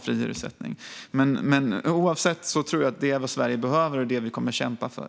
Men oavsett det tror jag att det här är vad Sverige behöver, och det är det vi kommer att kämpa för.